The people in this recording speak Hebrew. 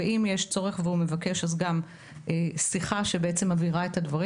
ואם יש צורך והוא מבקש אז הוא גם מקבל שיחה שמבהירה את הדברים